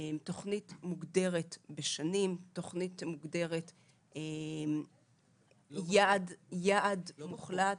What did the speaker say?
מוגדרת בשנים, מוגדרת עם יעד מוחלט.